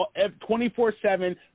24-7